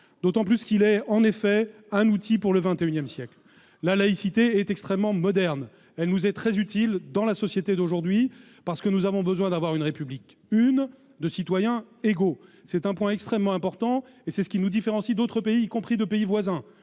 d'autant plus qu'il est un outil pour le XXI siècle. La laïcité est on ne peut plus moderne ; elle nous est très utile : dans la société d'aujourd'hui, en effet, nous avons besoin d'une République une, de citoyens égaux. Ce point est très important- c'est ce qui nous différencie d'autres pays, y compris de pays voisins.